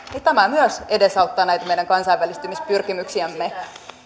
ja työllistyvät tämä myös edesauttaa näitä meidän kansainvälistymispyrkimyksiämme